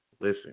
listen